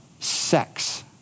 sex